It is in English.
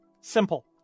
Simple